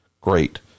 great